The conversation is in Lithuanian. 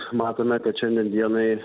matome kad šiandien dienai